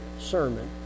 sermon